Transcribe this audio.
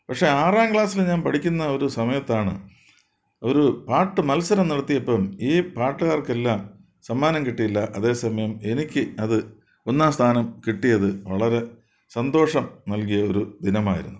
പക്ഷേ ആറാം ക്ലാസ്സിൽ ഞാൻ പഠിക്കുന്ന ഒരു സമയത്താണ് ഒരു പാട്ട് മത്സരം നടത്തിയപ്പം ഈ പാട്ടുകാർക്കെല്ലാം സമ്മാനം കിട്ടിയില്ല അതേസമയം എനിക്ക് അത് ഒന്നാം സ്ഥാനം കിട്ടിയത് വളരെ സന്തോഷം നൽകിയൊരു ദിനമായിരുന്നു